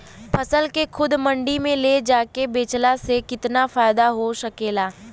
फसल के खुद मंडी में ले जाके बेचला से कितना फायदा हो सकेला?